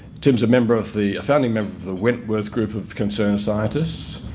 tim's a member of the, a founding member of the wentworth group of concerned scientists,